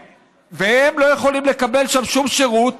והם לא יכולים לקבל שם שום שירות